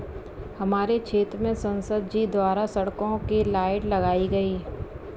हमारे क्षेत्र में संसद जी द्वारा सड़कों के लाइट लगाई गई